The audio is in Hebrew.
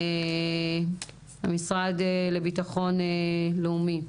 המשרד לביטחון לאומי,